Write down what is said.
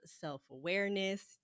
self-awareness